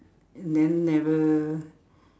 and then never